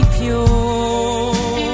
pure